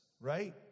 right